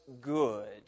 good